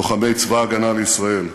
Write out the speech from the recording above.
לוחמי צבא הגנה לישראל,